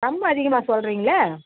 ரொம்ப அதிகமாக சொல்கிறீங்ளே